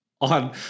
on